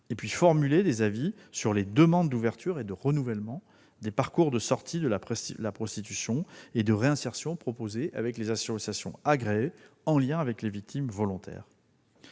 et formuler des avis sur les demandes d'ouverture et de renouvellement des parcours de sortie de la prostitution et de réinsertion proposés avec les associations agréées en lien avec les victimes volontaires.